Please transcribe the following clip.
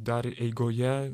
dar eigoje